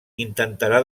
intentarà